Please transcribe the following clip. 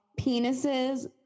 penises